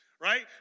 right